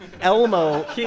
Elmo